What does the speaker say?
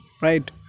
right